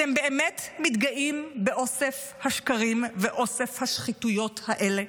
אתם באמת מתגאים באוסף השקרים ואוסף השחיתויות האלה?